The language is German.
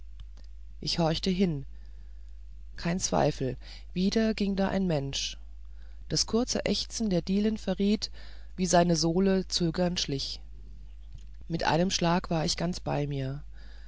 ich horchte hin kein zweifel wieder ging da ein mensch das kurze ächzen der dielen verriet wie seine sohle zögernd schlich mit einem schlage war ich ganz bei mir